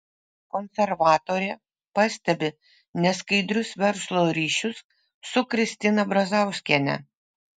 konservatorė pastebi neskaidrius verslo ryšius su kristina brazauskiene